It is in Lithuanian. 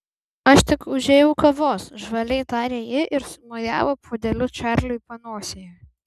aš tik užėjau kavos žvaliai tarė ji ir sumojavo puodeliu čarliui panosėje